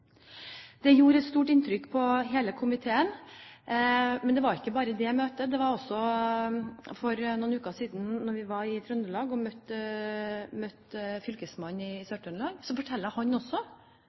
Det gjorde et stort inntrykk på hele komiteen. Men det var ikke bare dette møtet: For noen uker siden møtte vi fylkesmannen i